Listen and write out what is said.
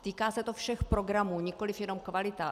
Týká se to všech programů, nikoliv jenom kvalita.